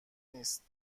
نیست